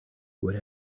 would